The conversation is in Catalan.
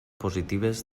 positives